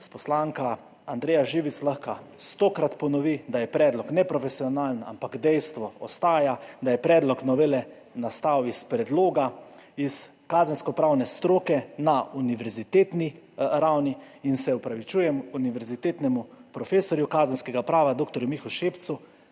Poslanka Andreja Živic lahko stokrat ponovi, da je predlog neprofesionalen, ampak dejstvo ostaja, da je predlog novele nastal iz predloga iz kazenskopravne stroke na univerzitetni ravni. Se opravičujem, univerzitetnemu profesorju kazenskega prava dr. Mihu Šepcu